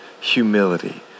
Humility